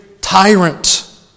tyrant